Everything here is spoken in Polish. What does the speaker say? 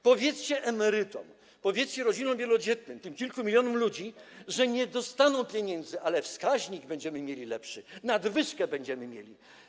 Powiedzcie emerytom, powiedzcie rodzinom wielodzietnym, tym kilku milionom ludzi, że nie dostaną pieniędzy, ale wskaźnik będziemy mieli lepszy, że będziemy mieli nadwyżkę.